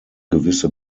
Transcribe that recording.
gewisse